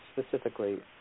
specifically